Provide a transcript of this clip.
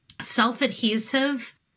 self-adhesive